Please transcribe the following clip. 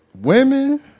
Women